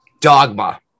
dogma